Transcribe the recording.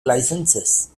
licenses